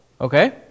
Okay